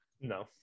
No